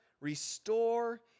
restore